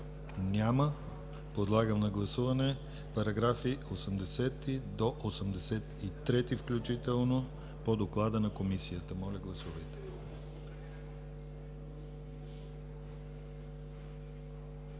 Няма. Подлагам на гласуване параграфи от 80 до 83 включително по доклада на Комисията. Гласували